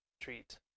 treat